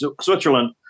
Switzerland